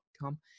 come